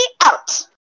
out